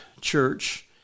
Church